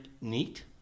neat